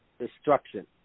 destruction